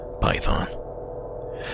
python